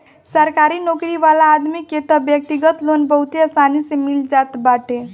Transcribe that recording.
सरकारी नोकरी वाला आदमी के तअ व्यक्तिगत लोन बहुते आसानी से मिल जात बाटे